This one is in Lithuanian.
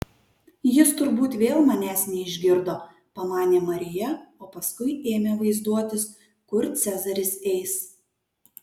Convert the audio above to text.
jis turbūt vėl manęs neišgirdo pamanė marija o paskui ėmė vaizduotis kur cezaris eis